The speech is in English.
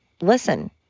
listen